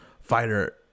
fighter